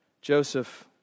Joseph